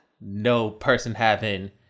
no-person-having